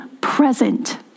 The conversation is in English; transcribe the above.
present